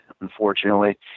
unfortunately